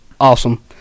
awesome